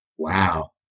Wow